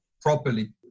properly